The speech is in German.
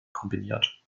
kombiniert